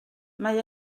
mae